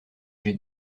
jets